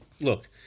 look